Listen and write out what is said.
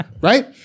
right